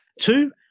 two